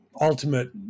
ultimate